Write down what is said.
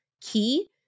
key